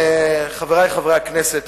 חברי חברי הכנסת,